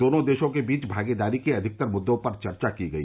दोनों देशों के बीच भागीदारी के अधिकतर मुद्दों पर चर्चा की गई